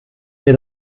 mir